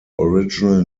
original